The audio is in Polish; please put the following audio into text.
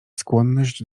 skłonność